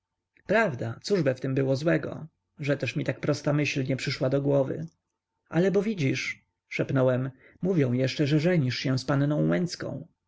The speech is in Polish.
prawda cóżby w tem było złego że też mi tak prosta myśl nie przyszła do głowy ale bo widzisz szepnąłem mówią jeszcze że żenisz się z panną łęcką